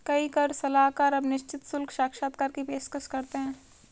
कई कर सलाहकार अब निश्चित शुल्क साक्षात्कार की पेशकश करते हैं